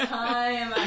time